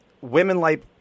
women-like